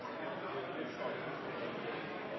han velger å